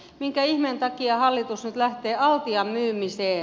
minkä ihmeen takia hallitus nyt lähtee altian myymiseen